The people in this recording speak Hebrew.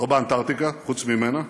לא באנטרקטיקה, חוץ ממנה,